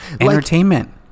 Entertainment